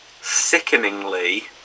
sickeningly